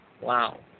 Wow